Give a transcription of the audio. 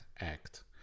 act